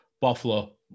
Buffalo